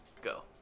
Go